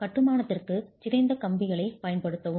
கட்டுமானத்திற்கு சிதைந்த கம்பிகளைப் பயன்படுத்தவும்